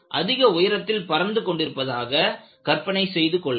நீங்கள் அதிக உயரத்தில் பறந்து கொண்டிருப்பதாக கற்பனை செய்து கொள்க